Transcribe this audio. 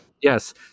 Yes